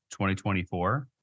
2024